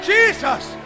Jesus